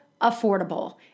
affordable